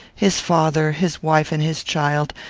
his father, his wife and his child,